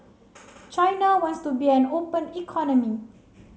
China wants to be an open economy